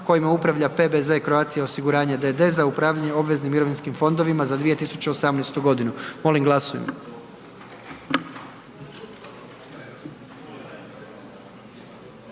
kojima upravlja PBZ Croatia osiguranje d.d. za upravljanje obveznim i dobrovoljnim mirovinskim fondovima za 2018. g., molim glasujmo.